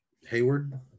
Hayward